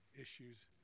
issues